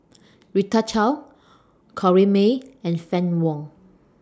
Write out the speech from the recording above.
Rita Chao Corrinne May and Fann Wong